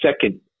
second